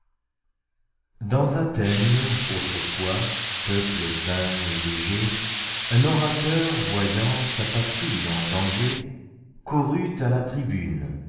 dans athène autrefois peuple vain et léger un orateur voyant sa patrie en danger courut à la tribune